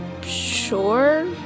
sure